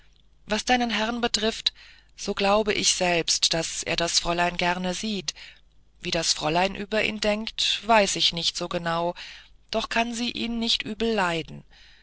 was deinen herrn betrifft so glaube ich selbst daß er das fräulein gerne sieht wie das fräulein über ihn denkt weiß ich nicht so genau doch kann sie ihn nicht übel leiden